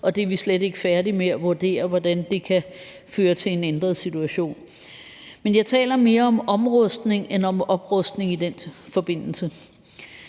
Det er vi slet ikke færdige med at vurdere hvordan kan føre til en ændret situation, men jeg taler mere om omrustning end om oprustning i den forbindelse.